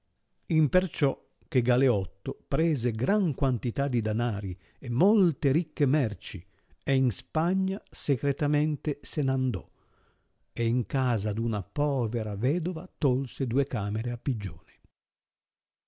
suo imperciò che galeotto prese gran quantità di danari e molte ricche merci e in spagna secretamente se n'andò e in casa d'una povera vedova tolse due camere a pigione